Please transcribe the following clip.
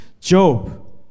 Job